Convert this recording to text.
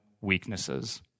weaknesses